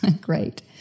Great